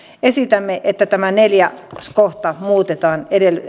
esitämme että tämä neljäs kohta muutetaan